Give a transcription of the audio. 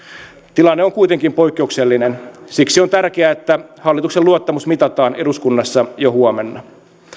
tilanne on kuitenkin poikkeuksellinen siksi on tärkeää että hallituksen luottamus mitataan eduskunnassa jo huomenna